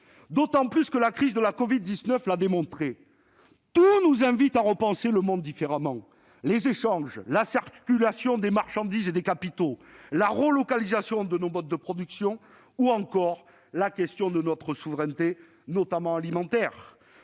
du profit ! La crise de la covid-19 a démontré que tout nous invite à repenser le monde différemment, à repenser les échanges, la circulation des marchandises et des capitaux, la relocalisation de nos modes de production ou encore la question de notre souveraineté, notamment alimentaire.